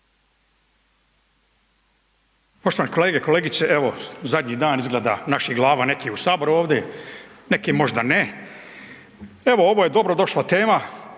Poštovane kolege, kolegice. Evo zadnji dan izgleda naših glava neki u saboru ovde, neki možda ne. Evo, ovo je dobro došla tema,